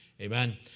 Amen